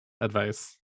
advice